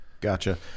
Gotcha